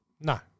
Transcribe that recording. No